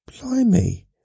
Blimey